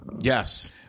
Yes